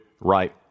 right